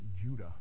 judah